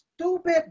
Stupid